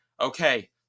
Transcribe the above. Okay